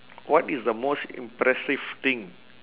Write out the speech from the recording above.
what is the most impressive thing